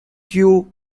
kew